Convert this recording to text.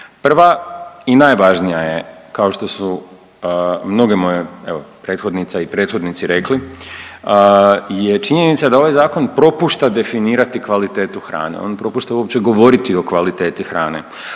Prva i najvažnija je kao što su mnoge moje evo, prethodnica i prethodnici rekli je činjenica da ovaj Zakon propušta definirati kvalitetu hranu, on propušta uopće govoriti o kvaliteti hrane,